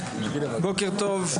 בוקר טוב,